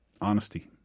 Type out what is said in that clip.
honesty